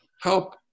help